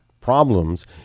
problems